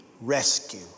rescue